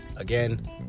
again